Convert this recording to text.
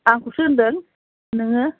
आंखौसो होनदों नोङो